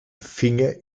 finger